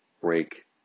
break